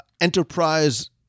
Enterprise